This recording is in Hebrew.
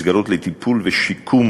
מסגרות לטיפול ולשיקום